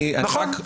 נכון.